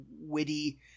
witty